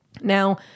Now